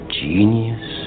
genius